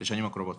בטח.